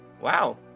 wow